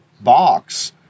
box